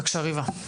בבקשה, ריבה.